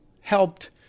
helped